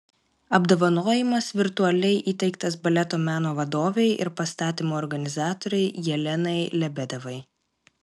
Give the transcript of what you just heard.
apdovanojimas virtualiai įteiktas baleto meno vadovei ir pastatymų organizatorei jelenai lebedevai